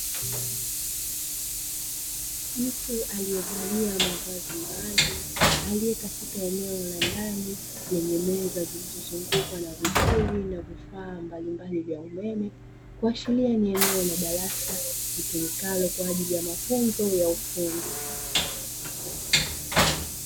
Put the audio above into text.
Mtu aliyevalia mavazi maalumu aliye katika eneo la ndani lenye meza zilizozungukwa na vipuri na vifaa mbalimbali vya umeme, kuashiria ni eneo la darasa litumikalo kwa ajili ya mafunzo ya ufundi.